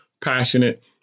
passionate